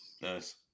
Nice